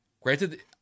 Granted